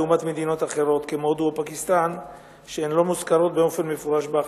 לעומת מדינות אחרות כמו הודו ופקיסטן שלא מוזכרות באופן מפורש בהחלטה.